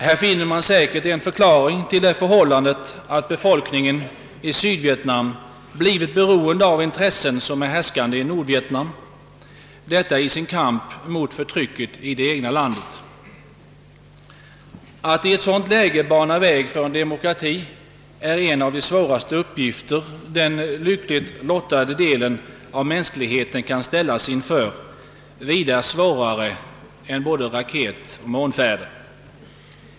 Här har vi säkerligen en förklaring till att befolkningen i Sydvietnam, i sin kamp mot förtrycket i det egna landet, blivit beroende av intressen som härskar i Nordvietnam. Att i ett sådant läge bana väg för demokrati är en av de svåraste uppgifter den lyckligt lottade delen av mänskligheten kan ställas inför — en uppgift vida svårare att genomföra än raketfärder till månen.